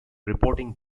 reporting